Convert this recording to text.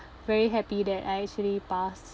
very happy that I actually passed